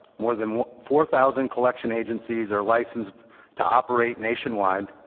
more than four thousand collection agencies are licensed to operate nationwide,